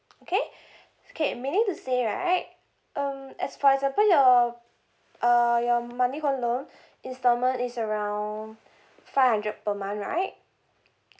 okay okay meaning to say right um as for example your uh your monthly home loan instalment is around five hundred per month right